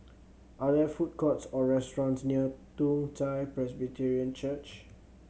are there food courts or restaurants near Toong Chai Presbyterian Church